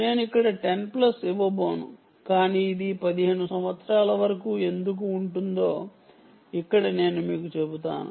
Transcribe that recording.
నేను ఇక్కడ 10 ప్లస్ ఇవ్వబోను కానీ ఇది 15 సంవత్సరాల వరకు ఎందుకు ఉంటుందోఇక్కడ నేను మీకు చెప్తాను